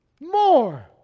more